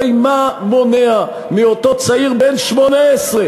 הרי מה מונע מאותו צעיר בן 18,